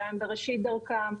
אולי הם בראשית דרכם,